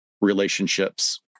relationships